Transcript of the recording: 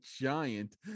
giant